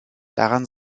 daran